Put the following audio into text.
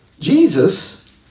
Jesus